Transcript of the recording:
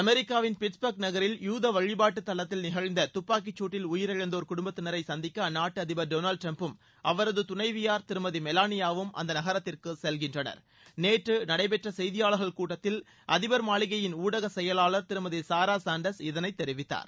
அமெரிக்காவின் பிட்ஸ்பர்க் நகரில் யூத வழிபாட்டுத்தலத்தில் நிகழ்ந்த துப்பாக்கி சூட்டில் உயிரிழந்தோர் குடும்பத்தினரை சந்திக்க அந்நாட்டு அதிபர் டொளால்டு டிரம்ப்பும் அவரது துணைவியார் திருமதி மெலானியாவும் அந்த நகரத்திற்கு செல்கின்றனர் நேற்று நடைபெற்ற தினப்படி செய்தியாளர்கள் கூட்டத்தில் அதிபர் மாளிகையின் ஊடக செயலாளர் திருமதி சாரா சாண்டர்ஸ் இதனைத் தெரிவித்தார்